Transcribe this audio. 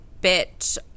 bit